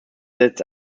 setzt